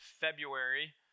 February